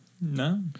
No